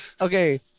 okay